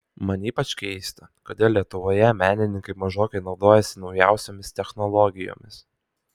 man ypač keista kodėl lietuvoje menininkai mažokai naudojasi naujausiomis technologijomis